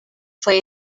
fue